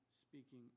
speaking